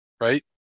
right